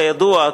כידוע,